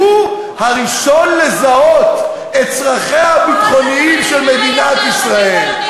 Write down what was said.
שהוא הראשון לזהות את צרכיה הביטחוניים של מדינת ישראל.